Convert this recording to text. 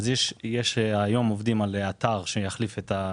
שהכריזה על הקמת בית